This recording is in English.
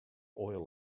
oil